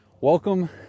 Welcome